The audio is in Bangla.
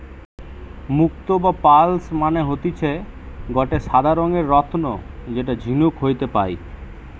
মুক্তো বা পার্লস মানে হতিছে গটে সাদা রঙের রত্ন যেটা ঝিনুক হইতে পায়